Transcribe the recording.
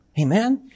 Amen